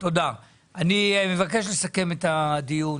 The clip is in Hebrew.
אנחנו, בניגוד לדברים